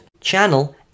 channel